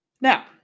Now